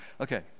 Okay